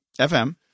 FM